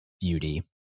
beauty